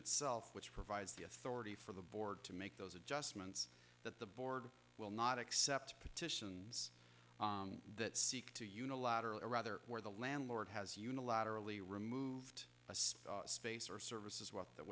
itself which provides the authority for the board to make those adjustments that the board will not accept petitions that seek to unilaterally or rather where the landlord has unilaterally removed a space space or services well that